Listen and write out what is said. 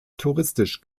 touristisch